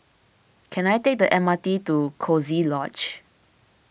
can I take the M R T to Coziee Lodge